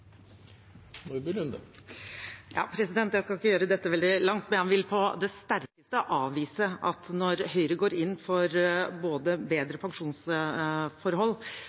Jeg skal ikke gjøre dette veldig langt, men jeg vil på det sterkeste avvise at det har med valgkamptaktikk å gjøre når Høyre går inn for både bedre pensjonsforhold,